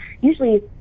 usually